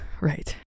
right